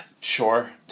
sure